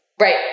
Right